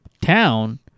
town